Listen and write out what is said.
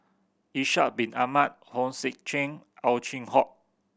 Ishak Bin Ahmad Hong Sek Chern Ow Chin Hock